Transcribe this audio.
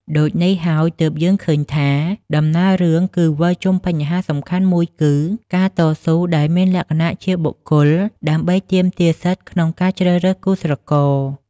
ដូចនេះហើយទើបយើងឃើញថា ដំណើររឿងគឺវិលជុំវិញបញ្ហាសំខាន់មួយគឺ ការតស៊ូដែលមានលក្ខណៈជាបុគ្គលដើម្បីទាមទារសិទ្ធិក្នុងការជ្រើសរើសគូស្រករ ។